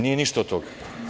Nije ništa od toga.